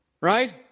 Right